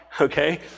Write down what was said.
Okay